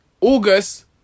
August